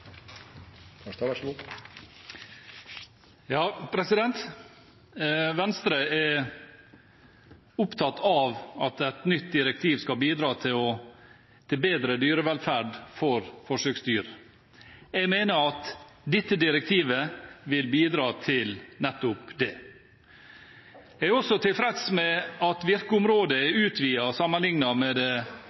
av Europa. Så her gjør vi noe godt, ikke for Mattilsynet, ikke for dyrevernorganisasjonene, ikke for byråkrater eller andre; vi gjør noe godt for forsøksdyra i Norge. Venstre er opptatt av at et nytt direktiv skal bidra til bedre dyrevelferd for forsøksdyr. Jeg mener at dette direktivet vil bidra til nettopp det. Jeg er også